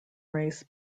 race